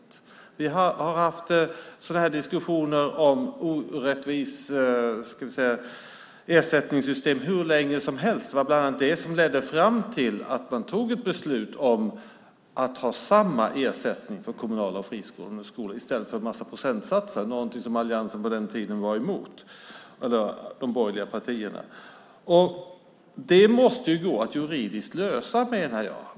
Vi har haft sådana här diskussioner om orättvisa ersättningssystem hur länge som helst. Det var bland annat det som ledde fram till att man tog ett beslut om att ha samma ersättning för kommunala skolor och friskolor i stället för en massa procentsatser, någonting som de borgerliga partierna på den tiden var emot. Det måste gå att lösa juridiskt, menar jag.